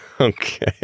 Okay